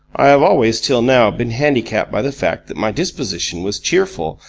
i have always till now been handicapped by the fact that my disposition was cheerful,